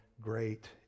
Great